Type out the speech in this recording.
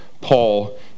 Paul